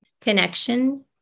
Connection